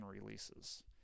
releases